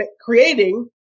creating